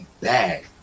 bad